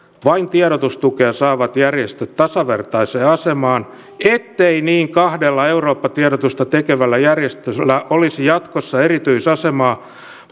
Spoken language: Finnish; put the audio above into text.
vain tiedotustukea saavat järjestöt asetetaan tasavertaiseen asemaan ettei kahdella eurooppa tiedotusta tekevällä järjestöllä olisi jatkossa erityisasemaa